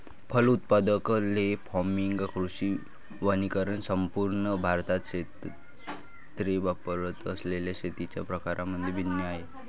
फलोत्पादन, ley farming, कृषी वनीकरण संपूर्ण भारतात क्षेत्रे वापरत असलेल्या शेतीच्या प्रकारांमध्ये भिन्न आहेत